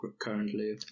currently